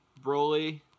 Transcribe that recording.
Broly